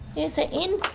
is it in?